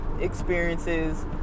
experiences